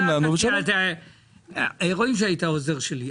אלה עצות שמתאימות לי,